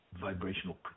vibrational